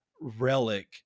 relic